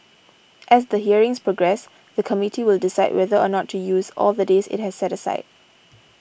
as the hearings progress the Committee will decide whether or not to use all the days it has set aside